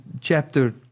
chapter